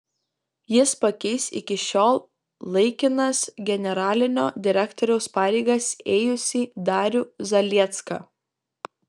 jis pakeis iki šiol laikinas generalinio direktoriaus pareigas ėjusį darių zaliecką